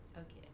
Okay